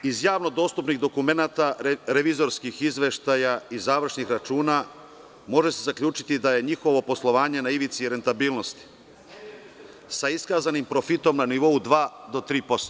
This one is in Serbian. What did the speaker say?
Iz javno dostupnih dokumenata, revizorskih izveštaja i završnih računa može se zaključiti da je njihovo poslovanje na ivici rentabilnosti, sa iskazanim profitom na nivou 2 do 3%